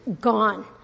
gone